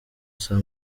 saa